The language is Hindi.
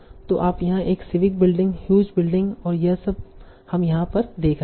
तो आप यहाँ एक सिविक बिल्डिंग हूज बिल्डिंग हैं और यह सब हम यहाँ पर देख रहे है